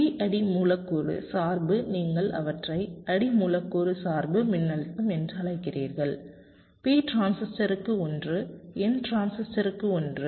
V அடி மூலக்கூறு சார்பு நீங்கள் அவற்றை அடி மூலக்கூறு சார்பு மின்னழுத்தம் என்று அழைக்கிறீர்கள் P டிரான்சிஸ்டருக்கு ஒன்று N டிரான்சிஸ்டருக்கு ஒன்று